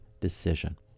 decision